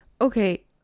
Okay